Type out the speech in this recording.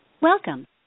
Welcome